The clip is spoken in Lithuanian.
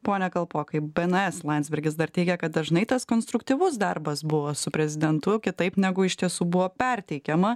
pone kalpokai bns landsbergis dar teigė kad dažnai tas konstruktyvus darbas buvo su prezidentu kitaip negu iš tiesų buvo perteikiama